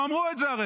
הרי הם אמרו את זה.